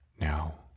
Now